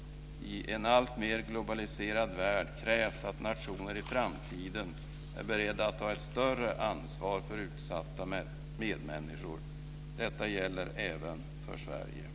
I en alltmer globaliserad värld krävs att nationer i framtiden är beredda att ta ett större ansvar för utsatta medmänniskor. Detta gäller även för Sverige.